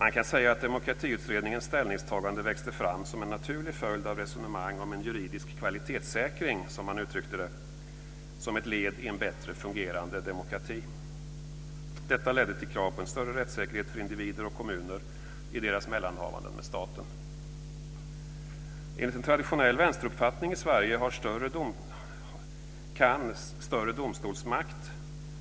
Man kan säga att Demokratiutredningens ställningstagande växte fram som en naturlig följd av resonemang om en juridisk kvalitetssäkring, som man uttryckte det, som ett led i en bättre fungerande demokrati. Detta ledde till krav på en större rättssäkerhet för individer och kommuner i deras mellanhavanden med staten. Enligt en traditionell vänsteruppfattning i Sverige kan större domstolsmakt